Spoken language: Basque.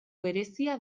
berezia